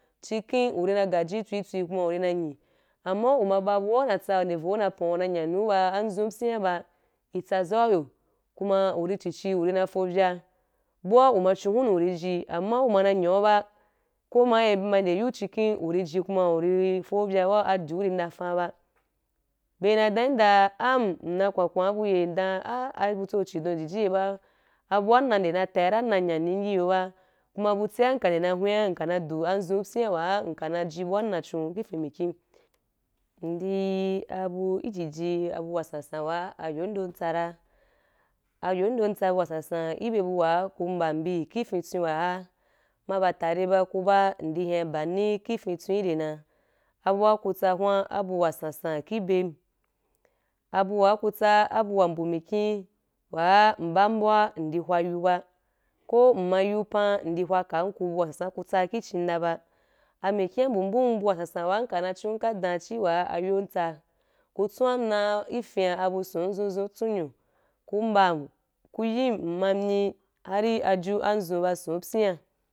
Ci ken uri na gaji twin twin, ku na uri na nyi amma uma ba abu wa una tsa, nde vo na pan’o una nyani ba anzun, apyi ba, itsa zau ya, kuma uri tuci, urina fovya, baa uma chon hunu uriji, amma uma na nya’u ba, ko ma aye be ma nde yu, ciken uriji i kuma uri fovya ba, adiu ri ndafan’a ba. B na dan yim dan am na kwankwan abu ye? Idan ai abutso chidon jiji ye ba, abuwa nde na nde na ta ra, nna nyani iyu ba, ku ma abutia nke nde na hweh nka na du anzun, apyi wa nka naji bu wan ná chon ifmikhi. Ndi abu ijiji abu wasansan wa ayon do tsa ra, ayondo tsa bu wasansan ibe bu wa, ka mbam bi ifintwen wa’a, ma ba “tare” ba ku ba, ndi nya ba’ni ki fintwen ire na, abu’a ku tsa hura abu wasansan ki ben. Abu wa ku tsa, abu wa mbu mikhi wa’a nbam bu’a nde hwa yu ba, ko ima yu pan, ndi hwa kan ku, bu wasansan ku tsa ki chin da ban. A mikhi wa mbu mbu bu wasansan nka na chiu nka dan ci wa ayon tsa, ku twan na ifin’a bu asun anzun zu tsunyou, ku nbam ku yin mma myi har ajin zon ba zon pyi.